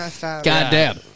Goddamn